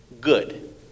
Good